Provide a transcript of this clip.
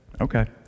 Okay